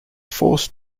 forced